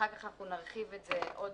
אחר-כך אנחנו נרחיב את זה עוד